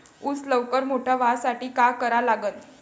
ऊस लवकर मोठा व्हासाठी का करा लागन?